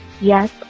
Yes